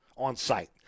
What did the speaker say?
on-site